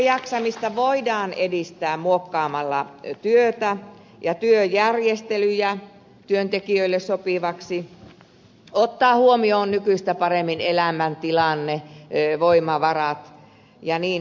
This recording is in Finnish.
työssäjaksamista voidaan edistää muokkaamalla työtä ja työjärjestelyjä työntekijöille sopiviksi ottaa huomioon nykyistä paremmin elämäntilanne voimavarat ja niin edelleen